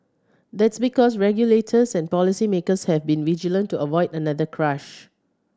that's because regulators and policy makers have been vigilant to avoid another crash